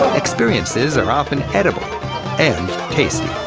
experiences are often edible and tasty.